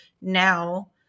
now